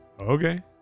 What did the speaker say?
okay